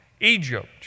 Egypt